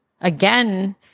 again